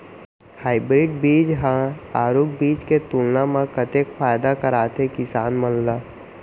Hybrid बीज हा आरूग बीज के तुलना मा कतेक फायदा कराथे किसान मन ला?